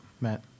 Matt